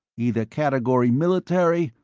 either category military,